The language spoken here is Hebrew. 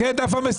כן, זה דף המסרים?